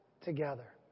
together